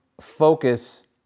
focus